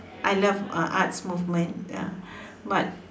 I love uh arts movement ah but